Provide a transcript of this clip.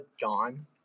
gone